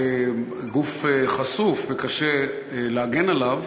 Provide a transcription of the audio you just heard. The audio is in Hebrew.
גוף חשוף וקשה להגן עליו.